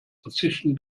verzichten